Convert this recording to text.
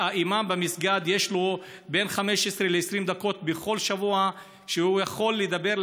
האימאם במסגד יש לו בין 15 ל-20 דקות בכל שבוע שהוא יכול לדבר,